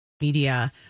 Media